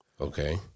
Okay